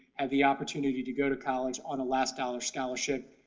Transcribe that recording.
have the opportunity to go to college on a last dollar scholarship,